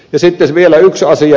sitten vielä yksi asia